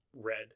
red